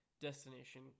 destination